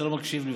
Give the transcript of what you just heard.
אתה לא מקשיב לי.